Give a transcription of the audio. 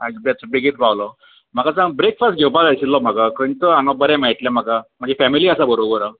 आयज बेस्ट बेगीन पावलो म्हाका सांग ब्रेकफस्ट घेवपाक जाय आशिल्लो म्हाका खंयसर हांगा बरे मेळटले म्हाका म्हाजी फेमिली आसा बरोबर आं